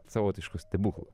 savotišku stebuklu